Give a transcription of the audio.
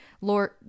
Lord